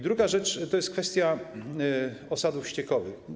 Druga rzecz to jest kwestia osadów ściekowych.